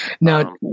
Now